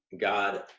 God